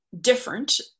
different